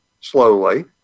slowly